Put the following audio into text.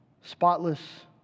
spotless